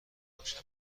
باشم